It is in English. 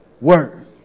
word